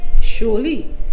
surely